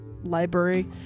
library